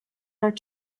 her